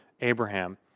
Abraham